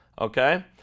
okay